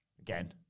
again